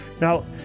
Now